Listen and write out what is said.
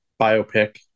Biopic